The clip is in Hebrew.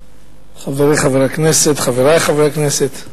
חברי חברי הכנסת,